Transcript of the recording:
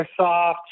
Microsoft